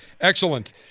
excellent